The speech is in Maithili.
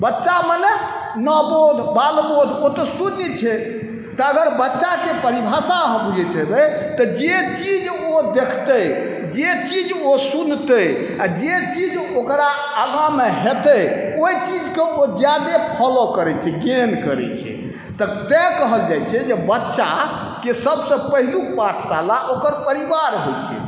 बच्चा मने नबोध बालबोध ओ तऽ शून्य छै तऽ अगर बच्चाके परिभाषा अहाँ बुझैत हेबै तऽ जे चीज ओ देखतै जे चीज ओ सुनतै आओर जे चीज ओकरा आगाँमे हेतै ओहि चीजके ओ ज्यादे फॉलो करै छै गेन करै छै तऽ तेँ कहल जाइ छै बच्चाके सबसँ पहिलुक पाठशाला ओकर परिवार होइ छै